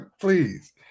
please